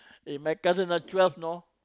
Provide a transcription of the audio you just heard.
eh my cousin ah twelve know